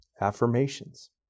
Affirmations